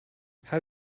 how